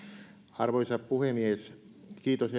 arvoisa puhemies kiitos